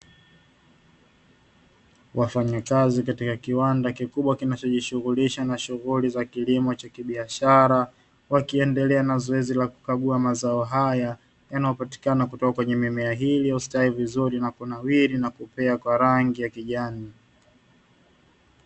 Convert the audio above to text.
Wafanyakazai katika kiwanda kinachojishughulisha za kilimo cha kibiashara ikiendelea na zoezi la kukaguwa mazao haya yanayooatikana kwenye mimea hii iliyostawi vizuri na kunawili na kupea kwa rangi ya kijani.